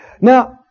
Now